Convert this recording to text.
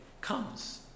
comes